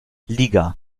liga